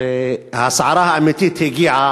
והסערה האמיתית הגיעה.